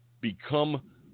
become